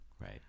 Right